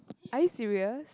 are you serious